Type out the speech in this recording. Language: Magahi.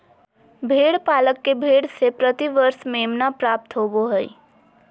भेड़ पालक के भेड़ से प्रति वर्ष मेमना प्राप्त होबो हइ